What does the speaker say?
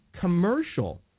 commercial